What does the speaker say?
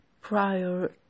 prior